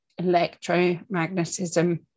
electromagnetism